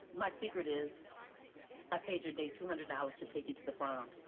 my secret is i paid your date two hundred dollars to take you to the prom.